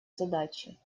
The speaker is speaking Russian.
задачи